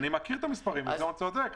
אני מכיר את המספרים, הוא צודק.